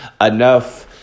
enough